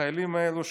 החיילים האלה,